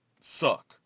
suck